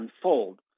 unfold